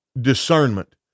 Discernment